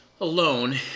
Alone